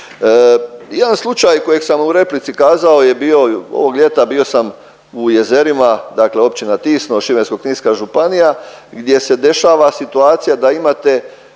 Jedan slučaj kojeg sam u replici kazao je bio ovog ljeta, bio sam u Jezerima, dakle općina Tisno, Šibensko-kninska županija gdje se dešava situacija da imate